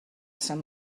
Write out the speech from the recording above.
sant